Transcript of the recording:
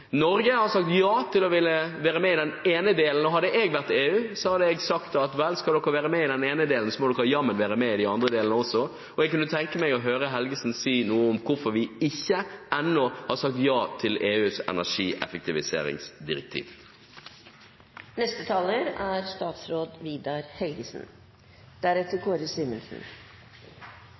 Norge har sagt ja til å være med i den ene delen. Hadde jeg vært i EU, hadde jeg sagt at, vel, vil dere være med i den ene delen, må dere jammen være med i de andre delene også. Jeg kunne tenke med å høre statsråd Helgesen si noe om hvorfor vi ikke ennå har sagt ja til EUs energieffektiviseringsdirektiv. Jeg er